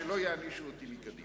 שקדימה לא יענישו אותי.